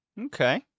Okay